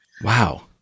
Wow